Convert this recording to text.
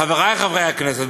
חברי חברי הכנסת,